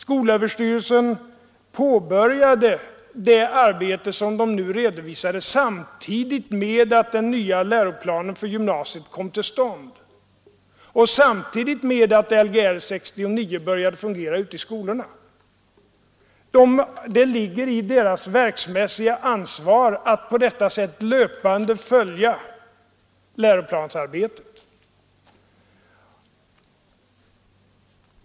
Skolöverstyrelsen påbörjade det arbete, som den nu redovisat, samtidigt med att den nya läroplanen för gymnasiet kom till stånd och samtidigt med att Lgr 69 började fungera ute i skolorna. Det ligger i skolöverstyrelsens verksmässiga ansvar att på detta sätt löpande följa läroplansarbetet.